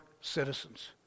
citizens